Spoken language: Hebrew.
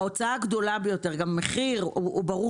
ההוצאה הגדולה ביותר וגם המחיר ברור